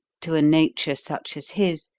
to a nature such as his,